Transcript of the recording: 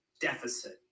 deficit